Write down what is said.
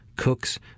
cooks